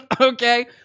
Okay